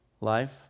life